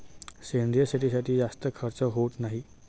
सेंद्रिय शेतीसाठी जास्त खर्च होत नाही